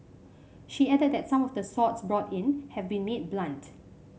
she added that some of the swords brought in have been made blunt